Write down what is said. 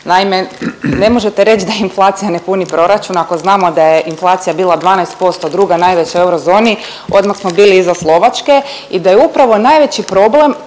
Naime, ne možete reć da inflacija ne puni proračun ako znamo da je inflacija bila 12% druga najveća u eurozoni, odmah smo bili iza Slovačke i da je upravo najveći problem